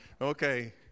Okay